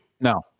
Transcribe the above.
No